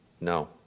no